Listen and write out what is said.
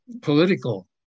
political